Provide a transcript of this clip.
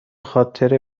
خاطر